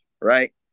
right